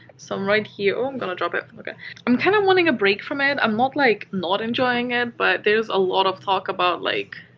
so, i'm right here. oh, i'm gonna drop it. okay i'm kind of wanting a break from it. i'm not, like, not enjoying it, but there's a lot of talk about, like